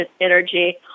energy